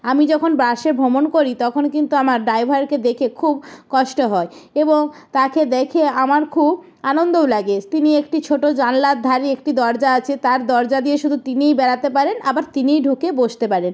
আমি যখন বাসে ভ্রমণ করি তখন কিন্তু আমার ড্রাইভারকে দেখে খুব কষ্ট হয় এবং তাকে দেখে আমার খুব আনন্দও লাগে তিনি একটি ছোটো জানলার ধারে একটি দরজা আছে তার দরজা দিয়ে শুধু তিনিই বেড়াতে পারেন আবার তিনিই ঢুকে বসতে পারেন